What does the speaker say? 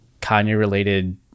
Kanye-related